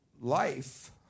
life